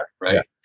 right